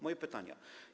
Moje pytania.